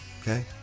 okay